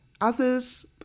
others